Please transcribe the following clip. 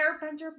airbender